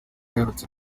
aherutse